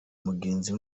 mugenzi